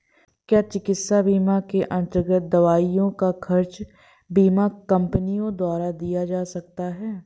क्या चिकित्सा बीमा के अन्तर्गत दवाइयों का खर्च बीमा कंपनियों द्वारा दिया जाता है?